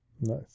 Nice